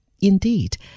Indeed